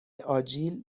آجیل